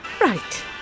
right